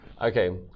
Okay